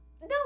No